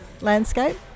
landscape